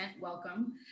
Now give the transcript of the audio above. welcome